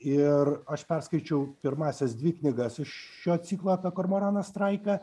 ir aš perskaičiau pirmąsias dvi knygas iš šio ciklo apie kormoraną straiką